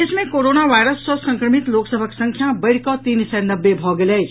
देश मे corona virus सँ संक्रमित लोक सभक संख्या बढ़िकऽ तीन सय नब्बे भऽ गेल अछि